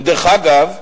אגב,